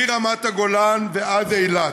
מרמת הגולן ועד אילת.